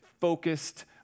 focused